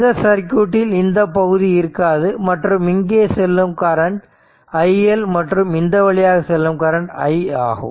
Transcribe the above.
இந்த சர்க்யூட்டில் இந்த பகுதி இருக்காது மற்றும் இங்கே செல்லும் கரண்ட் i L மற்றும் இந்த வழியாக செல்லும் கரண்ட் i ஆகும்